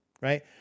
right